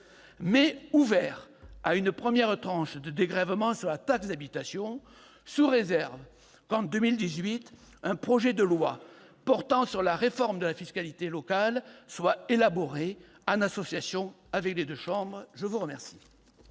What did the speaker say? mais ouvert à une première tranche de dégrèvement sur la taxe d'habitation, sous réserve que soit élaboré, en 2018, un projet de loi portant sur la réforme de la fiscalité locale en association avec les deux chambres. La parole